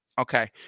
Okay